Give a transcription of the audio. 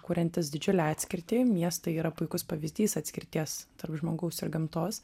kuriantis didžiulę atskirtį miestai yra puikus pavyzdys atskirties tarp žmogaus ir gamtos